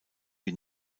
die